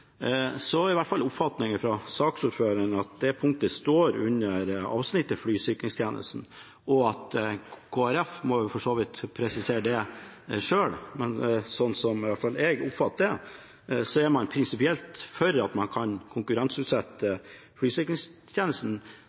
Så jeg føler meg rimelig trygg på oppfatningen i komiteen. Når det gjelder flysikringstjenesten, er i hvert fall oppfatningen til saksordføreren – det punktet står under avsnittet Flysikringstjenesten, Kristelig Folkeparti må for så vidt presisere det selv – at man prinsipielt er for at man kan konkurranseutsette flysikringstjenesten,